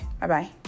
Bye-bye